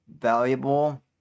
valuable